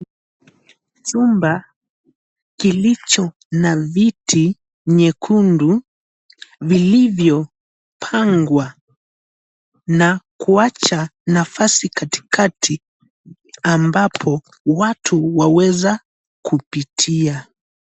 Chumba kilicho na viti nyekundu vilivyopangwa na kuacha nafasi katikati ambapo watu waweza kupitia.